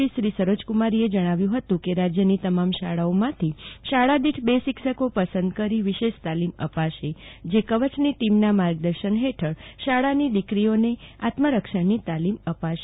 પી શ્રી સરોજ કુમારીએ જણાવ્યું હતું કે રાજ્યની તમામ શાળાઓમાંથી શાળા દીઠ બે શિક્ષકો પસંદ કરી વિશેષ તાલીમ આપશે જે કવચ ની ટીમનાં માર્ગદર્શન હેઠળ શાળાની દીકરી ઓને આત્મરક્ષણની તાલીમ આપશે